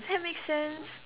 that makes sense